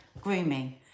grooming